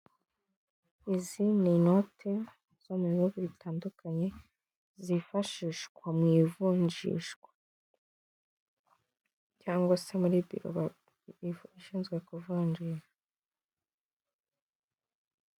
Izi ni inoti zo mu bihugu bitandukanye zifashishwa mu ivunjishwa cyangwa se muri biro ishinzwe kuvunjisha.